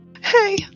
Hey